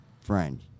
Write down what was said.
friend